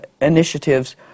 initiatives